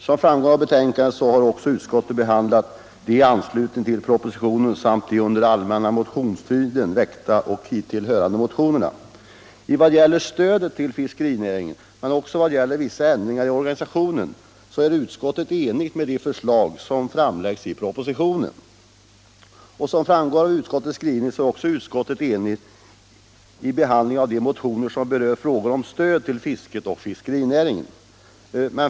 Som framgår av betänkandet har utskottet också behandlat de i anslutning till propositionen och de hithörande under den allmänna motionstiden väckta I fråga om stödet till fiskerinäringen och vissa ändringar i organisationen tillstyrker utskottet enigt de förslag som framläggs i propositionen. Som framgår av utskottets skrivning har utskottet också varit enigt vid behandlingen av de motioner som berör frågor om stöd till fisket och fiskerinäringen.